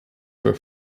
for